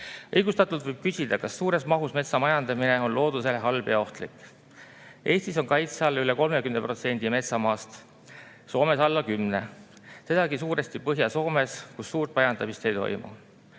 Õigustatult võib küsida, kas suures mahus metsa majandamine on loodusele halb ja ohtlik. Eestis on kaitse all üle 30% metsamaast, Soomes alla 10% ja sedagi suuresti Põhja-Soomes, kus suurt majandamist ei toimu.